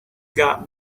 got